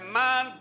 man